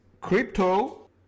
crypto